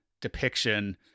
depiction